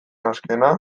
azkena